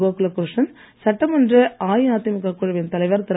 கோகுலகிருஷ்ணன் சட்டமன்ற அஇஅதிமுக குழுவின் தலைவர் திரு